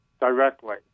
directly